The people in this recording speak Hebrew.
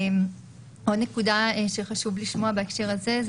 עוד נקודה שחשוב לשמוע בהקשר זה הוא